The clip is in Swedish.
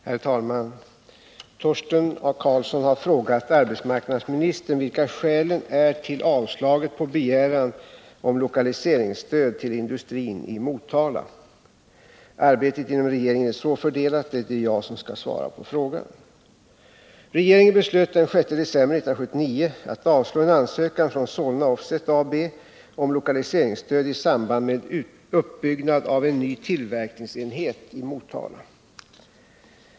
Herr talman! Torsten Karlsson har frågat arbetsmarknadsministern vilka skälen är till avslaget på begäran om lokaliseringsstöd till industrin i Motala. Arbetet inom regeringen är så fördelat att det är jag som skall svara på frågan.